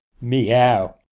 Meow